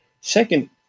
Second